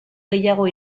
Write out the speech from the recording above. gehiago